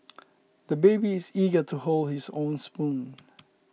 the baby is eager to hold his own spoon